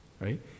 right